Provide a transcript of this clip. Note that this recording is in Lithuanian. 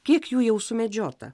kiek jų jau sumedžiota